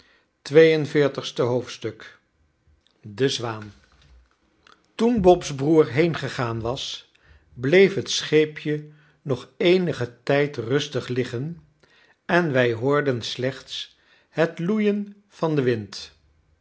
xlii de zwaan toen bobs broer heengegaan was bleef het scheepje nog eenigen tijd rustig liggen en wij hoorden slechts het loeien van den wind